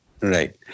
Right